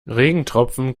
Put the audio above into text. regentropfen